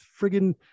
friggin